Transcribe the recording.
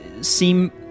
seem